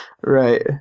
right